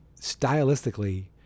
stylistically